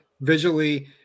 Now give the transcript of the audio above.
Visually